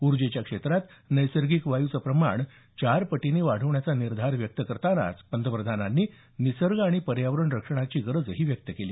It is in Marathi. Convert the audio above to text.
ऊर्जेच्या क्षेत्रात नैसर्गिक वायूचं प्रमाण चार पटींनी वाढवण्याचा निर्धार व्यक्त करतानाच पंतप्रधानांनी निसर्ग आणि पर्यावरण रक्षणाची गरजही व्यक्त केली